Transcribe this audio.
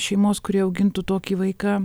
šeimos kuri augintų tokį vaiką